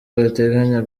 bateganya